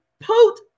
poot